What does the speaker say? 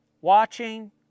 watching